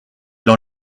dans